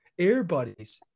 Airbuddies